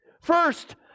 First